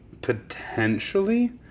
Potentially